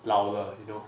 老了 you know